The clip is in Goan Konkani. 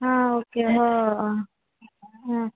हां ओके ह आं आं